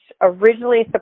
originally